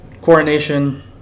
coronation